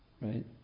Right